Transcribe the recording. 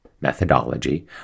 methodology